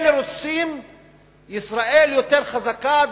אלה רוצים ישראל יותר חזקה,